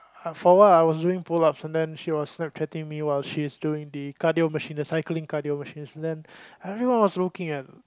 for a while I was doing pull ups and then she was snap chatting me while she's doing D cardio machines the cycling cardio machines then everyone was looking at